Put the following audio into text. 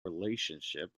relationship